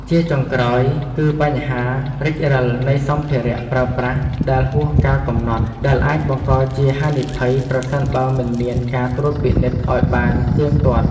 ជាចុងក្រោយ គឺបញ្ហារិចរិលនៃសម្ភារៈប្រើប្រាស់ដែលហួសកាលកំណត់ ដែលអាចបង្កជាហានិភ័យប្រសិនបើមិនមានការត្រួតពិនិត្យឱ្យបានទៀងទាត់។